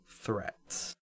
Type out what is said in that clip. threats